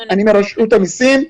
אני מרשות המסים,